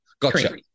Gotcha